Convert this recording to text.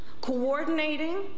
coordinating